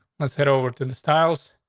let's head over to the styles.